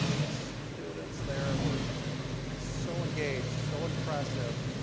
the students there were so engaged, so impressive,